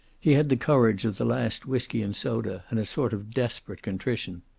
he had the courage of the last whiskey-and-soda, and a sort of desperate contrition.